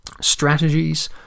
strategies